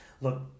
Look